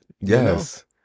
Yes